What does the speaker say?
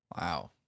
Wow